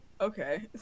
okay